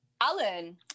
Alan